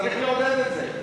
צריך לעודד את זה.